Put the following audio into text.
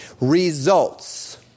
results